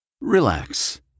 Relax